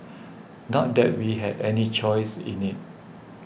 not that we had any choice in it